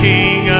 King